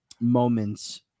moments